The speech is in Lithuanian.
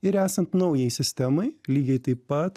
ir esant naujai sistemai lygiai taip pat